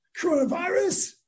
coronavirus